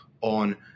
on